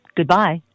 Goodbye